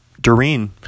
Doreen